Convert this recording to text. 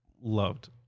loved